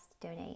donate